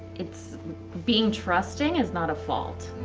it's being trusting is not a fault.